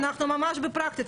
אנחנו ממש בדיון פרקטי.